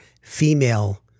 female